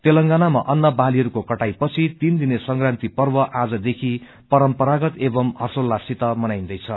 तेलंगानामा अन्न वालीहरूको कटाईपछि तीनदिने संक्रान्ति पर्व आजदेखि परम्परागत एवम् हर्षेल्लास सित मनाईन्दैछ